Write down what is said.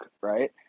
right